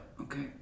okay